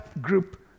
group